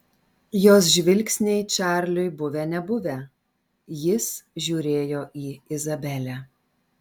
jos žvilgsniai čarliui buvę nebuvę jis žiūrėjo į izabelę